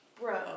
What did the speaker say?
bro